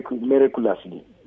miraculously